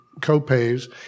co-pays